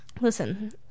Listen